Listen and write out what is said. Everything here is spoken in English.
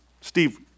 Steve